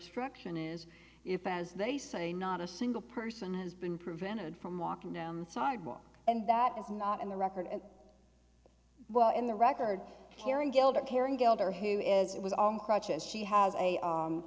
obstruction is if as they say not a single person has been prevented from walking down the sidewalk and that is not in the record at well in the record karen gilder caring gilder who is it was on crutches she has a